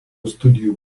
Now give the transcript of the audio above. studijų